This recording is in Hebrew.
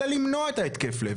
אלא למנוע את התקף הלב,